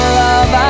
love